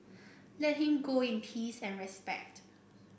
let him go in peace and respect